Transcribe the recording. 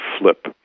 flip